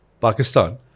Pakistan